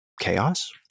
chaos